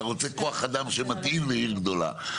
אתה רוצה כוח אדם שמתאים לעיר גדולה,